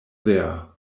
there